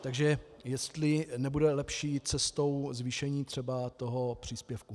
Takže jestli nebude lepší jít cestou zvýšení třeba toho příspěvku.